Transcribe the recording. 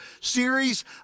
series